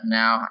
now